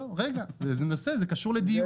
זה הנושא, זה קשור לדיור.